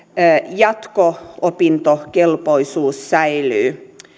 jatko opintokelpoisuus säilyy